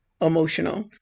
emotional